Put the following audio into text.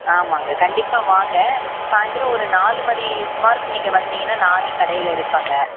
ஆமாங்க கண்டிப்பாக வாங்க சாய்ந்திரம் ஒரு நாலு மணி சுமாருக்கு நீங்கள் வந்திங்கனால் நானே கடையில் இருப்பேங்க